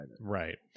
Right